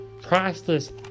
priceless